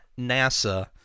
NASA